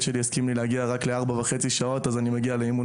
מסכים לי להגיע רק ל-4.5 שעות אז אני מגיע לאימון